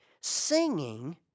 singing